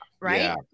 Right